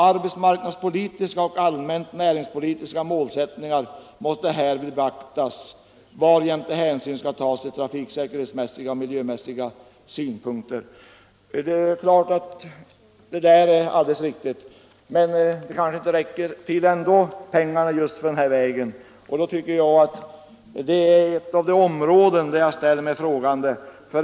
Arbetsmarknadspolitiska och allmänt näringspolitiska målsättningar måste härvid beaktas, varjämte hänsyn skall tas till trafiksäkerhetsmässiga och miljömässiga synpunkter.” Det är alldeles riktigt. Men kanske pengarna ändå inte anses räcka för just den här vägen. I så fall ställer jag mig frågande.